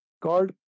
called